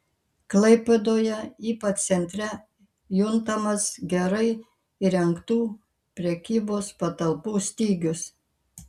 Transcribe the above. klaipėdoje ypač centre juntamas gerai įrengtų prekybos patalpų stygius